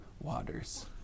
waters